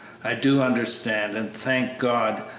i do understand, and, thank god,